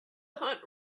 hunt